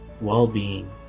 well-being